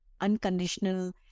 unconditional